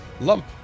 Lump